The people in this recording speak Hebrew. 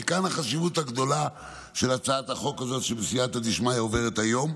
ומכאן החשיבות הגדולה של הצעת החוק הזאת שבסייעתא דשמיא עוברת היום.